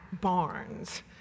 barns